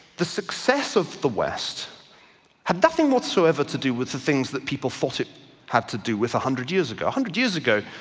the success of the west had nothing whatsoever to do with the things that people thought it had to do with a hundred years ago. a hundred years ago